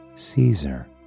Caesar